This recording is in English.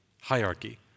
hierarchy